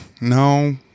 No